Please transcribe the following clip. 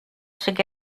should